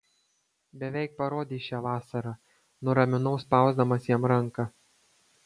beveik parodei šią vasarą nuraminau spausdamas jam ranką